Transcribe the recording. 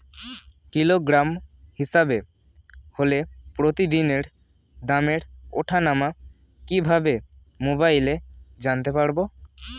Kilogram হিসাবে হলে প্রতিদিনের দামের ওঠানামা কিভাবে মোবাইলে জানতে পারবো?